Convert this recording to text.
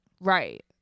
Right